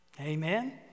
Amen